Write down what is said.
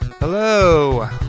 Hello